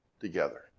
together